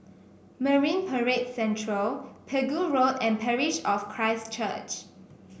Marine Parade Central Pegu Road and Parish of Christ Church